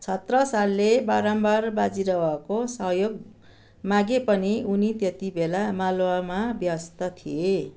छत्रसालले बारम्बार बाजिरावको सहयोग मागे पनि उनी त्यति बेला मालवामा व्यस्त थिए